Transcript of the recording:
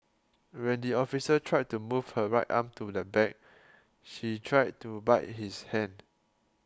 when the officer tried to move her right arm to the back she tried to bite his hand